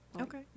okay